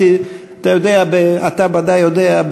אתה ודאי יודע,